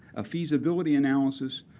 a feasibility analysis,